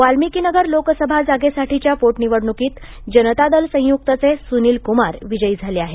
वाल्मिकीनगर लोकसभा जागेसाठीच्या पोटनिवडणुकीत जनता दल संयुक्तचे सुनिल कुमार विजयी झाले आहेत